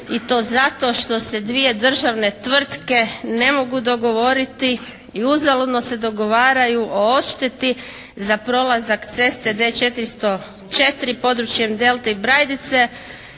i to zato što se dvije državne tvrtke ne mogu dogovoriti i uzaludno se dogovaraju o odšteti za prolazak ceste D404 područjem Delte i Brajdice